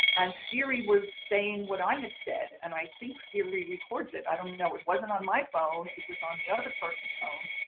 and siri was saying what i had said. and i think siri records it. i don't know. it wasn't on my phone. it was on the other person's phone.